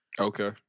Okay